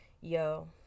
Yo